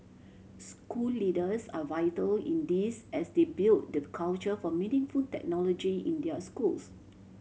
school leaders are vital in this as they build the culture for meaningful technology in their schools